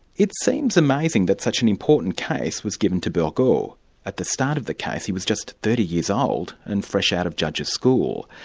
it seems amazing that such an important case was given to burgaud. at the start of the case he was just thirty years old and fresh out of judge's school.